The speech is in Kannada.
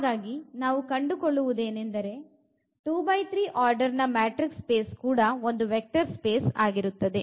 ಹಾಗಾಗಿ ನಾವು ಕಂಡುಕೊಳ್ಳುವುದೇನೆಂದರೆ 2x3 ಆರ್ಡರ್ ನ ಮ್ಯಾಟ್ರಿಕ್ಸ್ ಸ್ಪೇಸ್ ಕೂಡ ಒಂದು ವೆಕ್ಟರ್ ಸ್ಪೇಸ್ ಆಗಿರುತ್ತದೆ